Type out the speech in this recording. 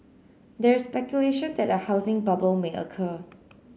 there is speculation that a housing bubble may occur